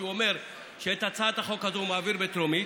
שאומר שאת הצעת החוק הזאת הוא מעביר בטרומית,